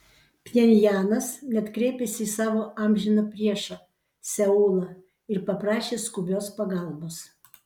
pchenjanas net kreipėsi į savo amžiną priešą seulą ir paprašė skubios pagalbos